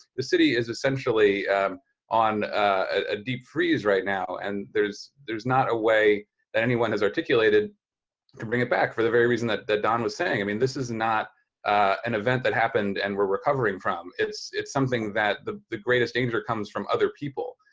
the city is essentially on a deep freeze right now, and there's not not a way that anyone has articulated to bring it back for the very reason that that don was saying. i mean, this is not an event that happened and we're recovering from. it's it's something that the the greatest danger comes from other people.